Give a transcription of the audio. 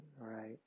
right